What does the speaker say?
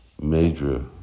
major